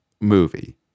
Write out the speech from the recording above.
movie